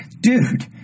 dude